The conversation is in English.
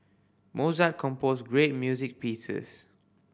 Mozart composed great music pieces